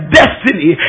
destiny